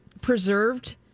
preserved